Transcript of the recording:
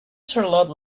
charlotte